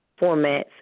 formats